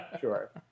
sure